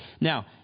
Now